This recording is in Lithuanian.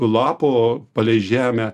lapo palei žemę